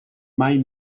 mai